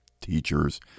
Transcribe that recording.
teachers